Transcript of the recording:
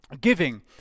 giving